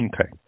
Okay